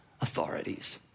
authorities